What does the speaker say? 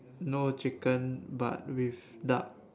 no chicken but with duck